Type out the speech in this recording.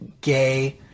gay